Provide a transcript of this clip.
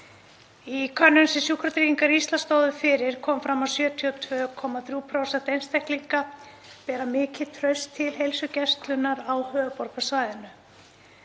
Í könnun sem Sjúkratryggingar Íslands stóðu fyrir kom fram að 72,3% einstaklinga bera mikið traust til heilsugæslunnar á höfuðborgarsvæðinu.